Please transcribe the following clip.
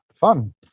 fun